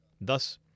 Thus